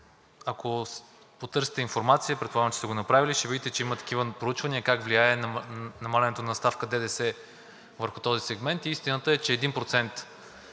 Ако потърсите информация, предполагам, че сте го направили, ще видите, че има такива проучвания как влияе намаляването на ставката ДДС върху този сегмент. Истината е, че